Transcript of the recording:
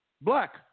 Black